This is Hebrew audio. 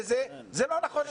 זה לא נכון.